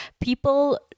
people